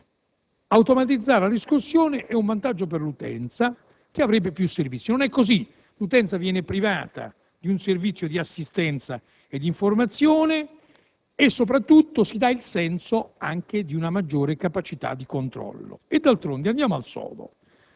cui automatizzare la riscossione è un vantaggio per l'utenza che avrebbe più servizi. Non è così. L'utenza viene privata di un servizio di assistenza e di informazione e, soprattutto, si dà il senso anche di una maggiore capacità di controllo. D'altronde, trattandosi